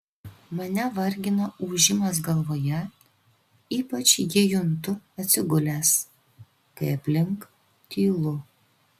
mane vargina ūžimas galvoje ypač jį juntu atsigulęs kai aplink tylu